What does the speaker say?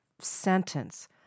sentence